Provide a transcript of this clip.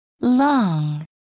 Long